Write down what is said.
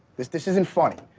this this isn't funny.